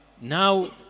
now